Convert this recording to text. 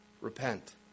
Repent